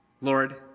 Lord